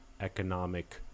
economic